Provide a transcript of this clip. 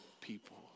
people